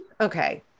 Okay